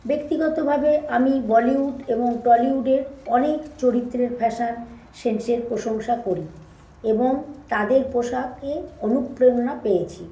ব্যক্তিগতভাবে আমি বলিউড এবং টলিউডের অনেক চরিত্রের ফ্যাশন সেন্সের প্রশংসা করি এবং তাদের পোশাকে অনুপ্রেরণা পেয়েছি